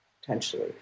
potentially